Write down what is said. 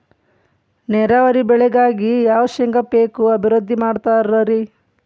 ನೇರಾವರಿ ಬೆಳೆಗಾಗಿ ಯಾವ ಶೇಂಗಾ ಪೇಕ್ ಅಭಿವೃದ್ಧಿ ಮಾಡತಾರ ರಿ?